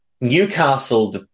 Newcastle